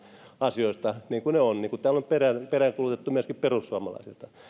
asioista niin kuin ne ovat niin kuin täällä on peräänkuulutettu myöskin perussuomalaisilta